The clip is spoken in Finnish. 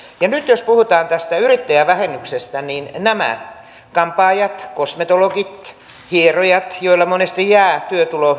ja nyt jos puhutaan tästä yrittäjävähennyksestä niin nämä kampaajat kosmetologit hierojat joilla monesti jää työtulo